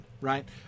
right